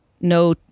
No